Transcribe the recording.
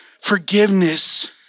Forgiveness